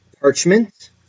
parchment